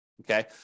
Okay